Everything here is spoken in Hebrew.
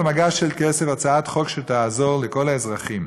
על מגש של כסף הצעת חוק שתעזור לכל האזרחים,